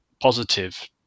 positive